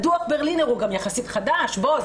דוח ברלינר הוא גם יחסית חדש, בואו.